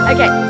Okay